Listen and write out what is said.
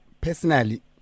personally